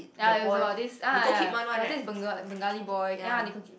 ya it was about this uh ya about this Benga~ Bengali boy ya Nicole-Kid~